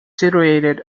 situated